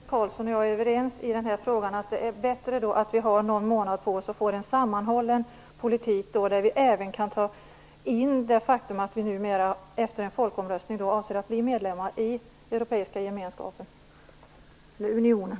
Herr talman! Det känns bra att Birgitta Carlsson och jag är överens i denna fråga. Det är bättre att vi har någon månad på oss. Då får vi en sammanhållen politik och kan även ta in det faktum att vi nu efter en folkomröstning avser att bli medlemmar i Europeiska unionen.